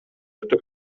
өтө